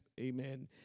amen